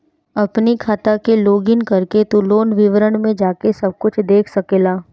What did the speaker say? अपनी खाता के लोगइन करके तू लोन विवरण में जाके सब कुछ देख सकेला